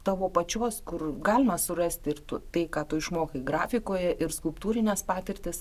tavo pačios kur galima surasti ir tu tai ką tu išmokai grafikoje ir skulptūrines patirtis